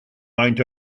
maent